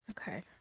Okay